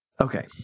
Okay